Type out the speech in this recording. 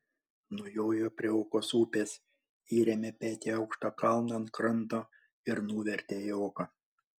nujojo prie okos upės įrėmė petį į aukštą kalną ant kranto ir nuvertė į oką